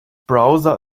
browser